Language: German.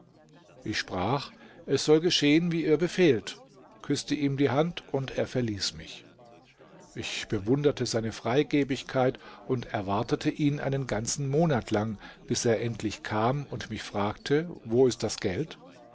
ich sprach es soll geschehen wie ihr befehlt küßte ihm die hand und er verließ mich ich bewunderte seine freigebigkeit und erwartete ihn einen ganzen monat lang bis er endlich kam und mich fragte wo ist das geld